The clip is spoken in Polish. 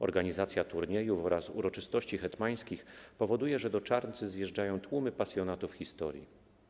Organizacja turniejów oraz uroczystości hetmańskich powoduje, że do Czarncy zjeżdżają tłumy pasjonatów historii.